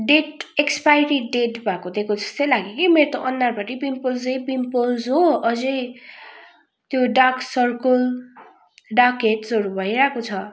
date expiry date भएको दिएको जस्तै लाग्यो के मेरो त अनुहारभरि पिम्पल्सै पिम्पल्स हो अझ त्यो डार्क सर्कल डार्क हेड्सहरू भइरहेको छ